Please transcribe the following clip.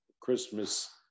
Christmas